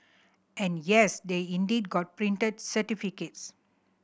and yes they indeed got printed certificates